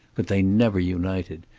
but they never united.